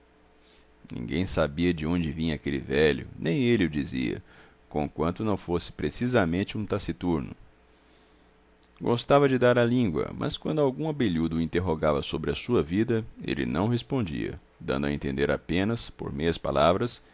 ninguém sabia de onde vinha aquele velho nem ele o dizia conquanto não fosse precisamente um taciturno gostava de dar à língua mas quando algum abelhudo o interrogava sobre a sua vida ele não respondia dando a entender apenas por meias palavras